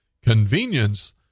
Convenience